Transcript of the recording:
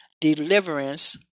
deliverance